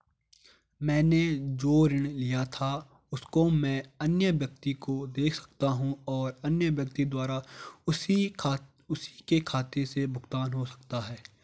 मैंने जो ऋण लिया था उसको मैं अन्य व्यक्ति को दें सकता हूँ और अन्य व्यक्ति द्वारा उसी के खाते से भुगतान हो सकता है?